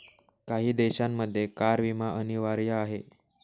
काही देशांमध्ये कार विमा अनिवार्य आहे